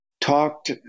talked